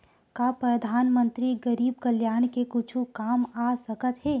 का परधानमंतरी गरीब कल्याण के कुछु काम आ सकत हे